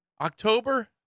October